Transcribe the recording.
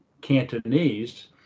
Cantonese